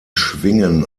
schwingen